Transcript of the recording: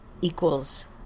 equals